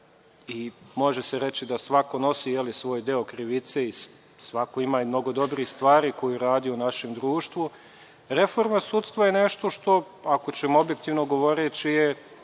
i može se reći da svako nosi svoj deo krivice i svako ima i mnogo dobrih stvari koje je uradio u našem društvu, reforma sudstva je nešto što, ako ćemo objektivno govoreći,